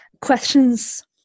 Questions